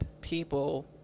people